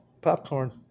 popcorn